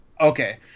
okay